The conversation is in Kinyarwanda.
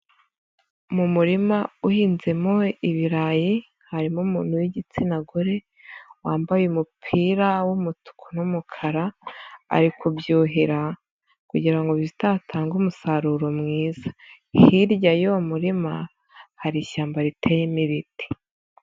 Mu murima uhinzemo ibirayi, harimo umuntu w'igitsina gore, wambaye umupira w'umutuku n'umukara, ari kubyuhira kugira ngo bizatange umusaruro mwiza. Hirya y'uwo murima, hari ishyamba riteyemo ibiti.